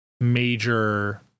major